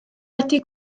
wedi